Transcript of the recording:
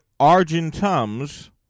Argentums